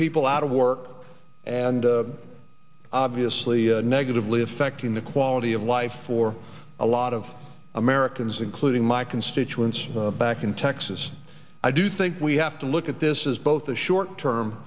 people out of work and obviously negatively affecting the quality of life for a lot of americans including my constituents back in texas i do think we have to look at this is both a short term